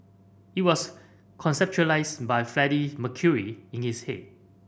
it was conceptualised by Freddie Mercury in his head